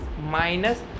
minus